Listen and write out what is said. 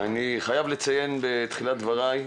אני חייב לציין בתחילת דבריי,